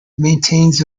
maintains